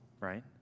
right